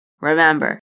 Remember